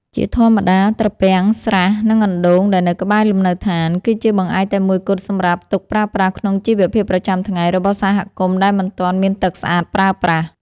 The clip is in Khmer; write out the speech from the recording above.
ជាធម្មតា ត្រពាំង ស្រះ និងអណ្ដូងដែលនៅក្បែរលំនៅដ្ឋាន គឺជាបង្អែកតែមួយគត់សម្រាប់ទុកប្រើប្រាស់ក្នុងជីវភាពប្រចាំថ្ងៃរបស់សហគមន៍ដែលមិនទាន់មានទឹកស្អាតប្រើប្រាស់។